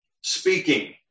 speaking